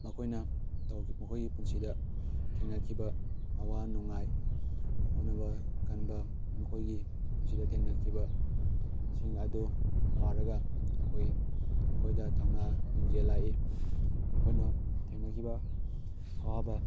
ꯃꯈꯣꯏꯅ ꯇꯧꯈꯤꯕ ꯃꯈꯣꯏꯒꯤ ꯄꯨꯟꯁꯤꯗ ꯊꯦꯡꯅꯈꯤꯕ ꯑꯋꯥ ꯅꯨꯡꯉꯥꯏ ꯍꯣꯠꯅꯕ ꯀꯟꯕ ꯃꯈꯣꯏꯒꯤ ꯄꯨꯟꯁꯤꯗ ꯊꯦꯡꯅꯈꯤꯕ ꯁꯤꯡ ꯑꯗꯨ ꯄꯥꯔꯒ ꯑꯩꯈꯣꯏ ꯑꯩꯈꯣꯏꯗ ꯊꯧꯅꯥ ꯂꯤꯡꯖꯦꯜ ꯂꯥꯛꯏ ꯃꯈꯣꯏꯅ ꯊꯦꯡꯅꯈꯤꯕ ꯑꯋꯥꯕ